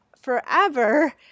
forever